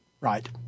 right